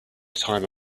time